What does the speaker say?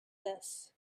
this